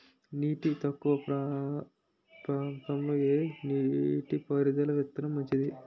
నీరు తక్కువ ప్రాంతంలో ఏ నీటిపారుదల విధానం మంచిది?